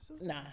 nah